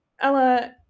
Ella